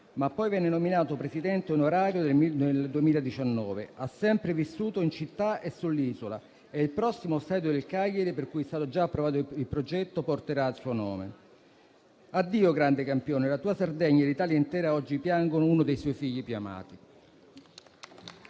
ma poi venne nominato presidente onorario nel 2019. Ha sempre vissuto in città e sull'isola. Il prossimo stadio del Cagliari, per cui è stato già approvato il progetto, porterà il suo nome. Addio grande campione. La tua Sardegna e l'Italia intera oggi piangono uno dei suoi figli più amati.